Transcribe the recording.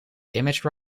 image